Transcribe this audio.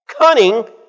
Cunning